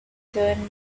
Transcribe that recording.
turn